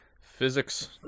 Physics